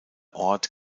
ort